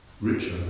richer